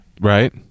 right